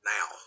Now